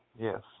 Yes